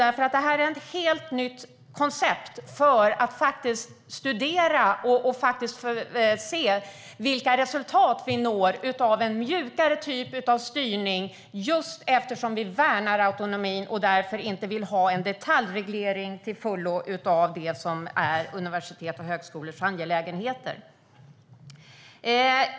Detta är ett helt nytt koncept för att studera och se vilka resultat man når av en mjukare typ av styrning, eftersom vi värnar autonomin och inte vill ha en detaljreglering av det som är universitets och högskolors angelägenheter.